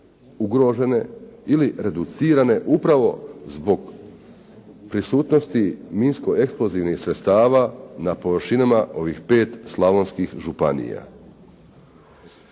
ugrožene ili reducirane upravo zbog prisutnosti minsko-eksplozivnih sredstava na površinama ovih 5 slavonskih županija.